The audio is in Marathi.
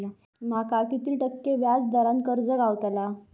माका किती टक्के व्याज दरान कर्ज गावतला?